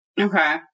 Okay